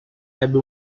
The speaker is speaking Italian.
ebbe